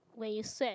when you sweat